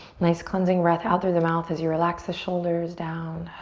nice, cleansing breath out through the mouth as you relax the shoulders down.